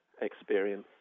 experience